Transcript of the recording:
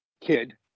kid